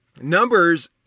numbers